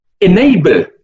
enable